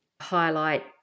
highlight